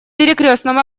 перекрёстном